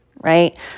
right